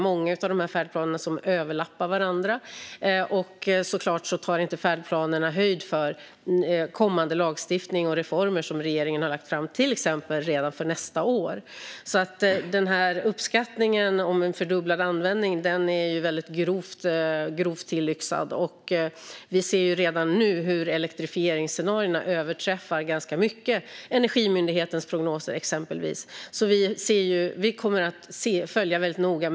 Många färdplaner överlappar varandra, och färdplanerna tar såklart inte höjd för kommande lagstiftning och reformer som regeringen har lagt fram, till exempel redan för nästa år. Uppskattningen om en fördubblad användning är väldigt grovt tillyxad. Vi ser exempelvis redan nu hur elektrifieringsscenarierna i ganska mycket överträffar Energimyndighetens prognoser. Vi kommer att följa detta väldigt noga.